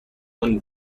one